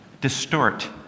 distort